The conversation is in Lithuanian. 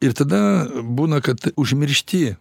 ir tada būna kad užmiršti